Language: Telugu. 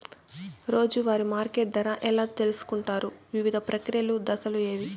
రోజూ వారి మార్కెట్ ధర ఎలా తెలుసుకొంటారు వివిధ ప్రక్రియలు దశలు ఏవి?